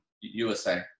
USA